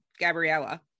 Gabriella